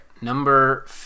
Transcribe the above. Number